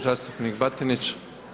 Zastupnik Batinić.